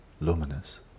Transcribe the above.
luminous